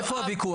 איפה הוויכוח?